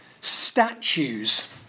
statues